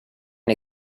and